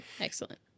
excellent